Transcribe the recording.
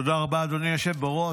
תודה רבה, אדוני היושב בראש.